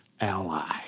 ally